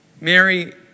Mary